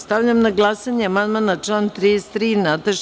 Stavljam na glasanje amandman Nataše Sp.